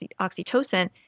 oxytocin